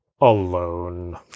alone